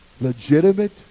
legitimate